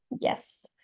Yes